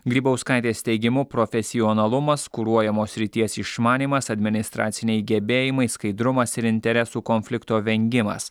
grybauskaitės teigimu profesionalumas kuruojamos srities išmanymas administraciniai gebėjimai skaidrumas ir interesų konflikto vengimas